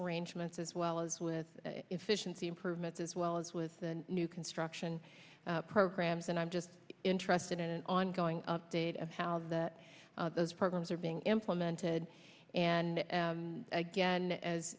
arrangements as well as with efficiency improvements as well as with new construction programs and i'm just interested in an ongoing update of how that those programs are being implemented and again as